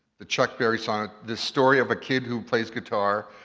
the chuck berry song. the story of a kid who plays guitar,